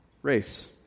Race